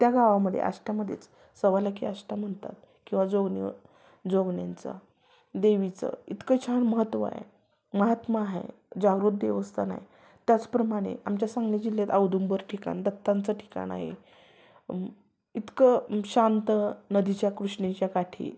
त्या गावामध्ये आष्टामध्येच सवा लेके आष्टा म्हणतात किवा जोगनं जोगन्यांचा देवीचं इतकं छान महत्त्व आहे महात्म आहे जागृत देवस्थान आहे त्याचप्रमाणे आमच्या सांगली जिल्ह्यात औदुंबर ठिकाण दत्तांचं ठिकाण आहे इतकं शांत नदीच्या कृष्णेच्या काठी